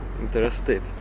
Interested